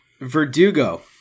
verdugo